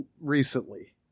recently